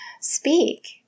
speak